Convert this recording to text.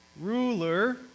ruler